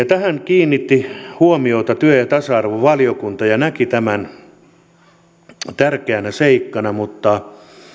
tähän kiinnitti huomiota työ ja tasa arvovaliokunta ja näki tämän tärkeänä seikkana mutta